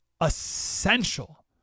essential